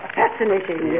fascinating